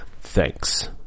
thanks